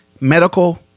medical